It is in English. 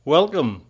Welcome